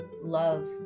love